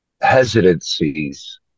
hesitancies